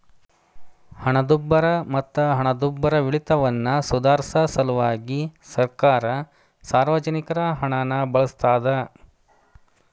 ಹಣದುಬ್ಬರ ಮತ್ತ ಹಣದುಬ್ಬರವಿಳಿತವನ್ನ ಸುಧಾರ್ಸ ಸಲ್ವಾಗಿ ಸರ್ಕಾರ ಸಾರ್ವಜನಿಕರ ಹಣನ ಬಳಸ್ತಾದ